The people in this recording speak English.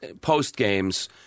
post-games